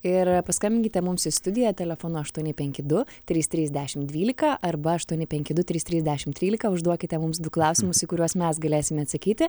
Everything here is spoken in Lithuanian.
ir paskambinkite mums į studiją telefonu aštuoni penki du trys trys dešim dvylika arba aštuoni penki du trys trys dešim trylika užduokite mums du klausimus į kuriuos mes galėsime atsakyti